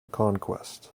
conquest